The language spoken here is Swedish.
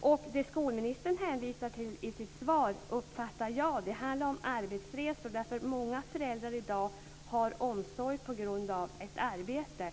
Det som skolministern hänvisar till i sitt svar handlar, enligt min uppfattning, om arbetsresor. Många föräldrar i dag har barnomsorg på grund av arbete.